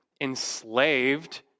enslaved